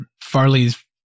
farley's